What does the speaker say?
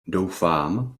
doufám